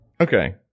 Okay